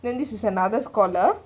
then this is another scholar